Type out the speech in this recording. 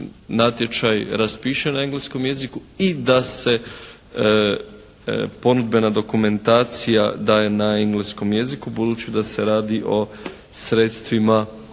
natječaj raspiše na engleskom jeziku i da se ponudbena dokumentacija daje na engleskom jeziku budući da se radi o sredstvima